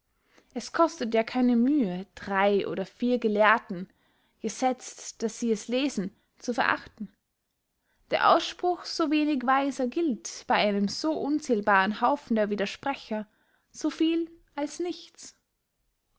es kostet ja keine mühe drei oder vier gelehrten gesetzt daß sie es lesen zu verachten der ausspruch so wenig weiser gilt bey einem so unzählbaren haufen der widersprecher so viel als nichts